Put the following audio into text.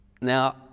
Now